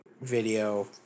video